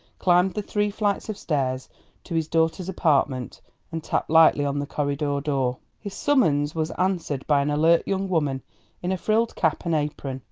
climbed the three flights of stairs to his daughter's apartment and tapped lightly on the corridor door. his summons was answered by an alert young woman in a frilled cap and apron.